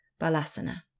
Balasana